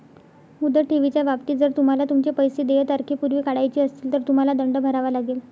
मुदत ठेवीच्या बाबतीत, जर तुम्हाला तुमचे पैसे देय तारखेपूर्वी काढायचे असतील, तर तुम्हाला दंड भरावा लागेल